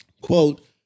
Quote